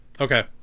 okay